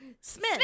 Smith